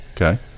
Okay